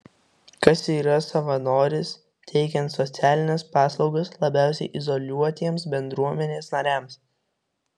kas yra savanoris teikiant socialines paslaugas labiausiai izoliuotiems bendruomenės nariams